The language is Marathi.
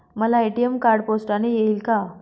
मला ए.टी.एम कार्ड पोस्टाने येईल का?